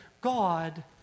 God